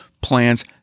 plan's